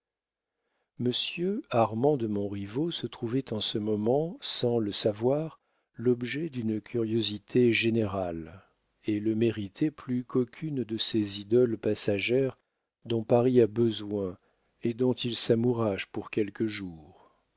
monsieur armand de montriveau se trouvait en ce moment sans le savoir l'objet d'une curiosité générale et le méritait plus qu'aucune de ces idoles passagères dont paris a besoin et dont il s'amourache pour quelques jours